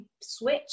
switch